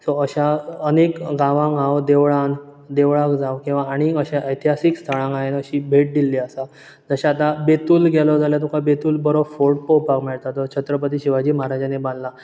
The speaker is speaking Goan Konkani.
सो अश्या अनेक गावांक हांव देवळांन देवळां जावं किंवा आनीक अशें ऐतिहासीक स्थळांक हांवेन अशी भेट दिल्ली आसा तशें आता बेतूल गेलो जाल्यार तुका बेतूल बरो फोर्ट पळोवपाक मेळटा जो छत्रपती शिवाजी महाराजांनी बांदला